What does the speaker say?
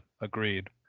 agreed